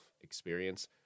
experience